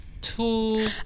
Two